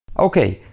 ok,